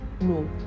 No